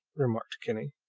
remarked kinney,